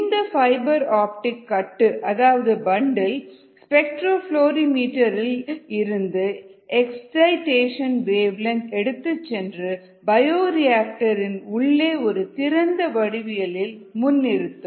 இந்த fiber optical கட்டு அதாவது பண்டில் ஸ்பெக்டரோஃபிளாரிமீட்டர் இல் இருந்து எக்ஸ்சைடேஷன் வேவ்லென்த் எடுத்துச்சென்று பயோரிஆக்டர் இன் உள்ளே ஒரு திறந்த வடிவியல் இல் முன்நிறுத்தும்